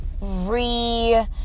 re-